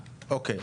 אוקיי.